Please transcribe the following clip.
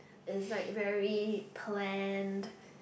is like very planned